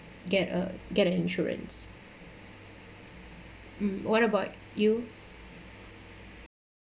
get a get a insurance mm what about you